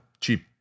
cheap